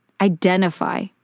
identify